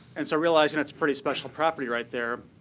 and so realizing it's pretty special property right there,